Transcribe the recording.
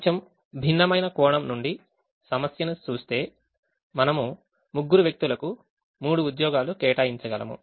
కొంచెం భిన్నమైన కోణం నుండి సమస్యను చూస్తే మనము ముగ్గురు వ్యక్తులకు మూడు ఉద్యోగాలు కేటాయించగలము